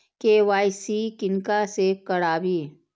KYC किनका से कराबी?